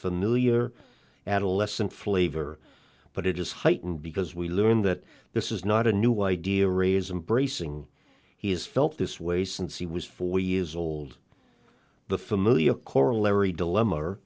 familiar adolescent flavor but it is heightened because we learn that this is not a new idea razan bracing he has felt this way since he was four years old the familiar corollary dilemma